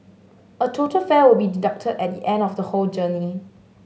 a total fare will be deducted at the end of the whole journey